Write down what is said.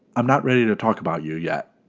i'm not ready to talk about you yet.